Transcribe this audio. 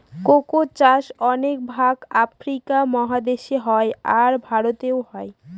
cocoa চাষ অনেক ভাগ আফ্রিকা মহাদেশে হয়, আর ভারতেও হয়